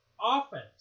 offense